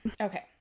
Okay